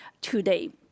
Today